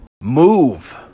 move